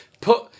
put